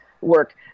work